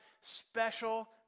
special